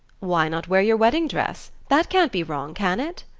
why not wear your wedding-dress? that can't be wrong, can it?